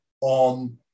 on